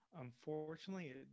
unfortunately